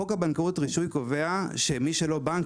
חוק הבנקאות (רישוי) קובע שמי שלא בנק